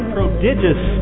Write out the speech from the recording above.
Prodigious